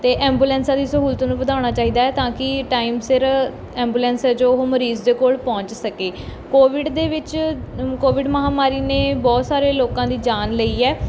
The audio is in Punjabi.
ਅਤੇ ਐਬੂਲੈਂਸਾਂ ਦੀ ਸਹੂਲਤ ਨੂੰ ਵਧਾਉਣਾ ਚਾਹੀਦਾ ਤਾਂ ਕਿ ਟਾਈਮ ਸਿਰ ਐਬੂਲੈਂਸ ਹੈ ਜੋ ਉਹ ਮਰੀਜ਼ ਦੇ ਕੋਲ ਪਹੁੰਚ ਸਕੇ ਕੋਵਿਡ ਦੇ ਵਿੱਚ ਕੋਵਿਡ ਮਹਾਂਮਾਰੀ ਨੇ ਬਹੁਤ ਸਾਰੇ ਲੋਕਾਂ ਦੀ ਜਾਨ ਲਈ ਹੈ